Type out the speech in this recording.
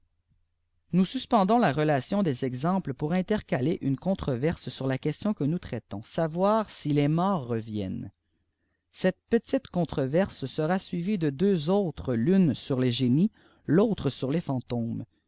nous suspendons la relation des exemples pour intercaler une controverse sur la question que nous traitons savoir si les morts reviennent cette petite controverse sera suivie de deux autresl'une sur les génies fautre sur les fantômes